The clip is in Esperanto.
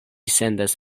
sendas